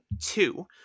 two